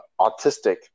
autistic